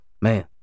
Man